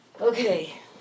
Okay